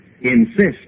Insist